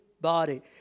Body